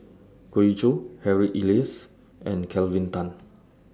Goh Ee Choo Harry Elias and Kelvin Tan